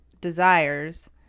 desires